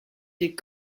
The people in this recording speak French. des